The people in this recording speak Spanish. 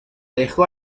dejó